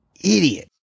Idiot